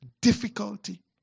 difficulty